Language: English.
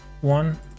one